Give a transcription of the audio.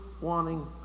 wanting